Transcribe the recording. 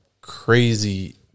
crazy